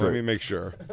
me make sure.